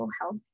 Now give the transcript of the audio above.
health